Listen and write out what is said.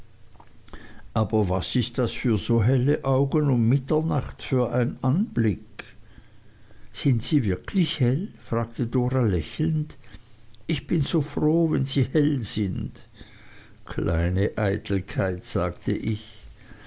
aber was ist das für so helle augen um mitternacht für ein anblick sind sie wirklich hell fragte dora lächelnd ich bin so froh wenn sie hell sind kleine eitelkeit sagte ich